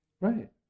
Right